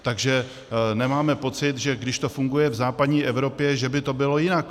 Takže nemáme pocit, že když to funguje v západní Evropě, že by to bylo u nás jinak.